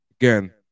Again